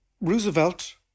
Roosevelt